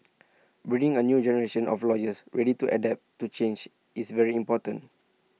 breeding A new generation of lawyers ready to adapt to change is very important